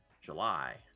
July